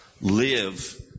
live